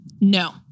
No